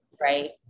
Right